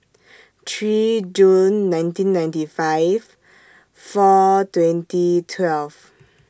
three June nineteen ninety five four twenty twelve